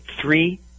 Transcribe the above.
three